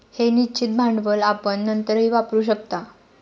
हे निश्चित भांडवल आपण नंतरही वापरू शकता